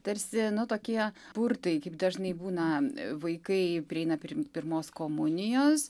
tarsi tokie burtai kaip dažnai būna vaikai prieina priimt pirmos komunijos